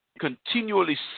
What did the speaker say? continually